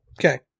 Okay